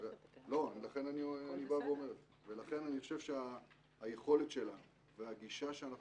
לכן אני חושב שהיכולת שלנו והגישה שאנחנו